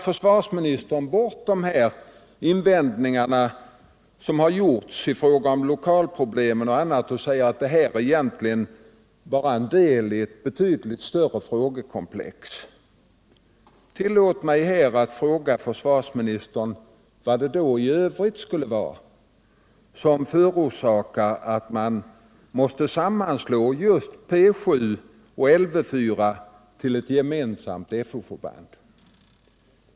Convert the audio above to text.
Försvarsministern viftar bort de invändningar som gjorts i fråga om lokalproblem och annat och säger att det egentligen bara är en del av ett betydligt större frågekomplex. Tillåt mig fråga försvarsministern vad i övrigt det skulle vara som gör att man måste sammanslå just P 7 och Lv 4 till ett gemensamt Fo-förband?